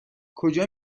کجا